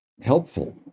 helpful